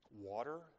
water